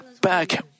back